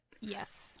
Yes